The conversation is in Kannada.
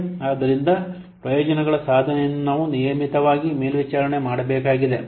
ಆದ್ದರಿಂದ ಪ್ರಯೋಜನಗಳ ಸಾಧನೆಯನ್ನು ನಾವು ನಿಯಮಿತವಾಗಿ ಮೇಲ್ವಿಚಾರಣೆ ಮಾಡಬೇಕಾಗಿದೆ